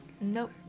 Nope